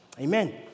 Amen